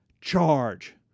charge